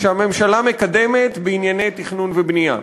שהממשלה מקדמת בענייני תכנון ובנייה,